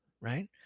right